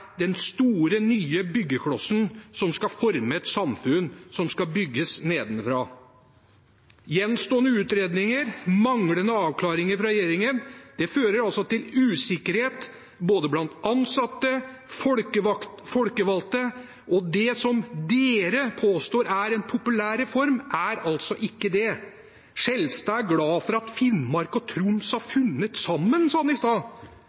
den store, nye byggeklossen som skal forme et samfunn som skal bygges nedenfra. Gjenstående utredninger og manglende avklaringer fra regjeringen fører til usikkerhet blant både ansatte og folkevalgte. Det som man påstår er en populær reform, er altså ikke det. Representanten Skjelstad er glad for at Finnmark og Troms har funnet sammen, sa han i stad.